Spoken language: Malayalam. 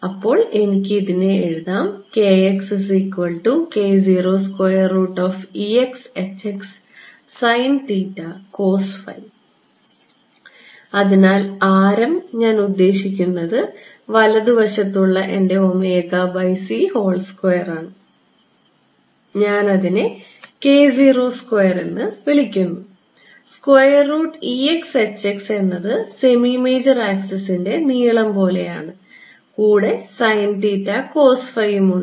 അതിനാൽ എനിക്ക് ഇത് ഇങ്ങനെ എഴുതാം അതിനാൽ ആരം ഞാൻ ഉദ്ദേശിക്കുന്നത് വലതു വശത്തുള്ള എന്റെ ആണ് ഞാൻ അതിനെ എന്ന് വിളിക്കുന്നു എന്നത് സെമി മേജർ ആക്സിസിൻറെ നീളം പോലെയാണ് കൂടെ യും ഉണ്ട്